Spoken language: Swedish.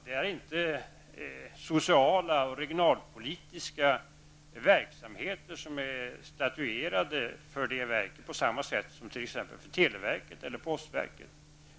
Där är inte sociala och regionalpolitiska verksamheter accentuerade på samma sätt som beträffande t.ex. televerket eller postverket.